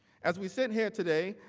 as we sit here today,